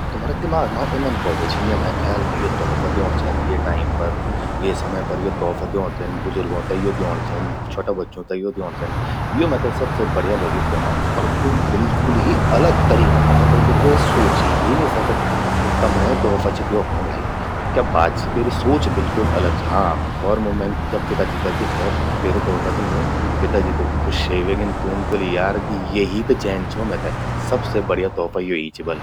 तुमारा दिमाग मां ऊंदन कौ बे छिन यमण्ये ख्याल कि यो तोहफा द्योंण चेंद ये टाइम पर, ये समय पर यो तोहफा द्योण चेंद, बुजुर्गों ते यो द्योण चेंद, छ्वोटा बच्चों ते यो द्योण चेंद, यो मेते सबस बढ़िय लगि त्वेमा। अर तु बिल्कुल ही अलग तरीका का मतलब क्वे स्वोचि ही नि सकद, तु तमण्ये तोहफा चि द्योखणूं भाई। क्या बात चि त्येरि सोच बिल्किल अलग चि। हां घौर मूं जब मैन पिताजि ते दिखै, त्येरु तोहफा दीन्यी, पिताजि त खुशे व्हेगिन तून ब्वोलि यार कि यो ही त चेंद छो मैते। सब से बढ़िया तोहफा यो ही चि बल।